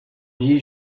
dit